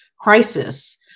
crisis